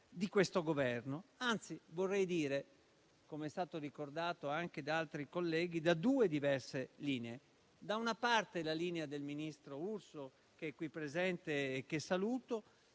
di questo Governo. Anzi vorrei dire - come è stato ricordato anche da altri colleghi - da due diverse linee: da una parte la linea del ministro Urso, che è qui presente e che saluto,